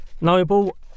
Noble